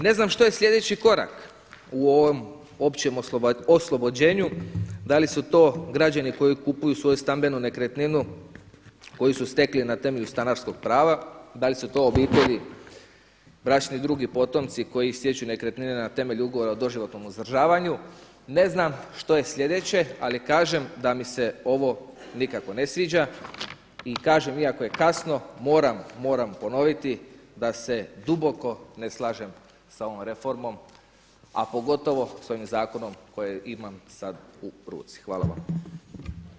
Ne znam što je sljedeći korak u ovom općem oslobođenju, da li su to građani koji kupuju svoju stambenu nekretninu koju su stekli na temelju stanarskog prava, da li su to obitelji bračni drug i potomci koji stječu nekretnine na temelju ugovora o doživotnom uzdržavanju, ne znam što je sljedeće, ali kažem da mi se ovo nikako ne sviđa i kažem, iako je kasno moram ponoviti da se duboko ne slažem s ovom reformom, a pogotovo s ovim zakonom koji imam sad u ruci.